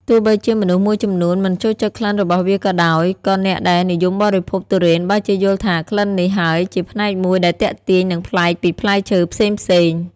ទោះបីជាមនុស្សមួយចំនួនមិនចូលចិត្តក្លិនរបស់វាក៏ដោយ ក៏អ្នកដែលនិយមបរិភោគទុរេនបែរជាយល់ថាក្លិននេះហើយជាផ្នែកមួយដែលទាក់ទាញនិងប្លែកពីផ្លែឈើផ្សេងៗ។